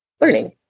learning